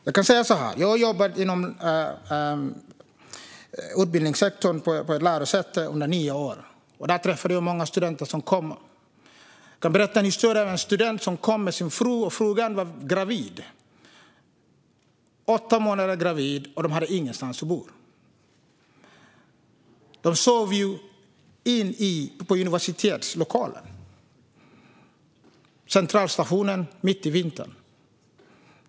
Jag kan säga så här: Jag har jobbat inom utbildningssektorn, på ett lärosäte, under nio år. Där träffade jag många studenter. En student kom med sin fru som var gravid i åttonde månaden. De hade ingenstans att bo. De sov i universitets lokaler och på centralstationen mitt i vintern.